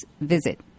visit